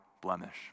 blemish